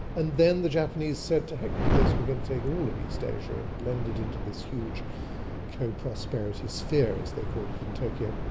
and then the japanese said to heck with this, we're going to take all of east asia, and blend into this huge co-prosperity sphere, as they called it in tokyo,